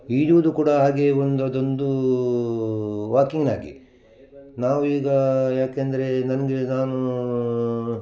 ಈಜೋದು ಕೂಡ ಹಾಗೆ ಒಂದು ಅದೊಂದು ವಾಕಿಂಗಿನಾಗೆ ನಾವು ಈಗ ಯಾಕೆಂದರೆ ನನಗೆ ನಾನು